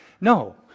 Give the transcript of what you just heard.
No